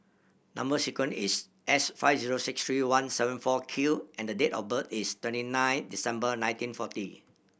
number sequence is S five zero six three one seven four Q and date of birth is twenty nine December nineteen forty